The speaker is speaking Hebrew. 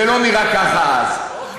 זה לא נראה ככה אז.